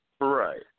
right